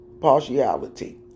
partiality